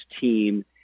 team